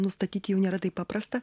nustatyti jau nėra taip paprasta